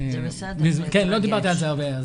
לא דיברתי על זה הרבה.